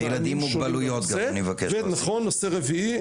ונושא רביעי,